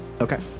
Okay